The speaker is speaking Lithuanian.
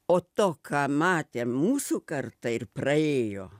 o to ką matė mūsų karta ir praėjo